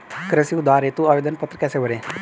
कृषि उधार हेतु आवेदन पत्र कैसे भरें?